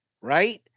Right